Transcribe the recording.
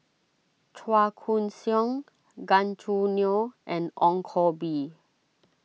Chua Koon Siong Gan Choo Neo and Ong Koh Bee